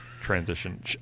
transition